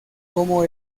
como